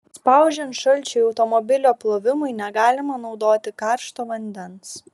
spaudžiant šalčiui automobilio plovimui negalima naudoti karšto vandens